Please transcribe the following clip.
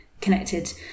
connected